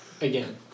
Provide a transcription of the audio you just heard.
again